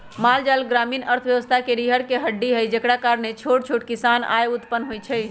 माल जाल ग्रामीण अर्थव्यवस्था के रीरह के हड्डी हई जेकरा कारणे छोट छोट किसान के आय उत्पन होइ छइ